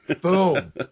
Boom